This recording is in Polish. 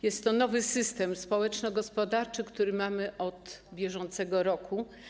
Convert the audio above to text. Jest to nowy system społeczno-gospodarczy, który mamy od bieżącego roku.